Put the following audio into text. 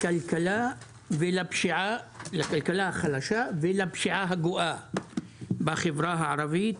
לכלכלה החלשה ולפשיעה הגואה בחברה הערבית,